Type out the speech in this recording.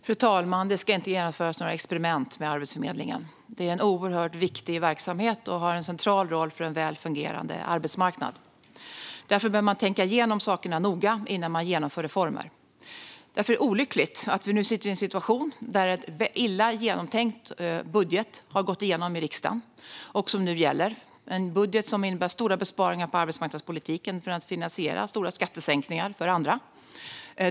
Fru talman! Det ska inte genomföras några experiment med Arbetsförmedlingen. Det är en oerhört viktig verksamhet som har en central roll för en väl fungerande arbetsmarknad. Därför behöver man tänka igenom saker noga innan man genomför reformer. Det är olyckligt att vi nu befinner oss i en situation där en illa genomtänkt budget har gått igenom i riksdagen och nu gäller, en budget som innebär stora besparingar på arbetsmarknadspolitiken för att finansiera stora skattesänkningar för andra.